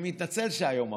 אני מתנצל שהיום עברתי,